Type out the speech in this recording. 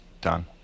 Done